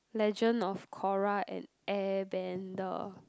legend of korra and air bender